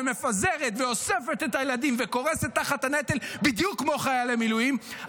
מפזרת ואוספת את הילדים וקורסת תחת הנטל בדיוק כמו חיילי מילואים,